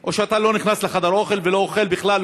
או שאתה לא נכנס לחדר אוכל ולא אוכל בכלל,